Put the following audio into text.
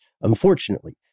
unfortunately